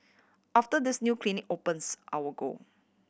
after this new clinic opens I will go